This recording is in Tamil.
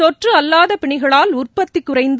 தொற்று அல்லாத பிணிகளால் உற்பத்திக் குறைந்து